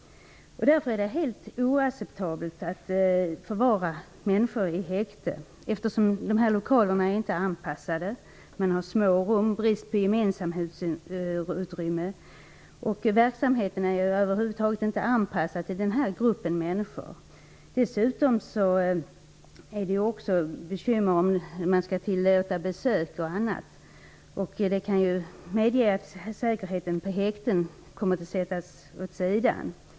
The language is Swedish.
Det är helt oacceptabelt att förvara människor i häkte. Lokalerna är inte anpassade för det här ändamålet. Rummen är små, och det råder brist på gemensamhetsutrymmen. Verksamheten är över huvud taget inte anpassad till den här gruppen av människor. Dessutom är det bekymmer med om man t.ex. skall tillåta besök. Det kan medges att säkerheten på häktena kommer att sättas åt sidan.